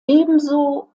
ebenso